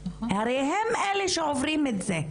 הרי, הן אלה שעוברות את זה,